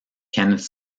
kenneth